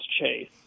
Chase